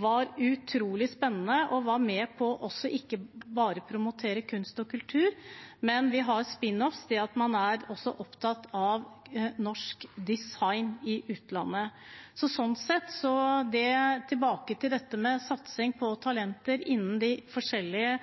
var utrolig spennende. Det var med på ikke bare å promotere kunst og kultur, men vi har «spin-offs», det at man også er opptatt av norsk design i utlandet. Så sånn sett, tilbake til dette med satsing på talenter innen de forskjellige